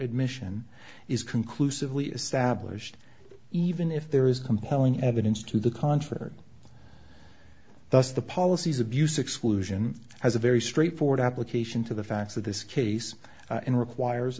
admission is conclusively established even if there is compelling evidence to the contrary thus the policies abuse exclusion has a very straightforward application to the facts of this case and